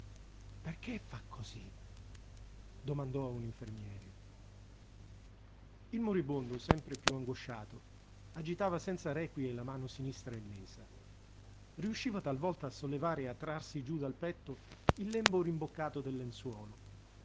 perché fa così domandò a un infermiere il moribondo sempre più angosciato agitava senza requie la mano sinistra illesa riusciva talvolta a sollevare e a trarsi giù dal petto il lembo rimboccato del lenzuolo